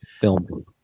film